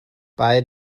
bei